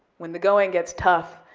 when the going gets tough,